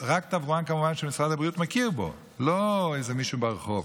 רק תברואן שמשרד הבריאות מכיר בו ולא איזה מישהו ברחוב,